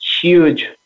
huge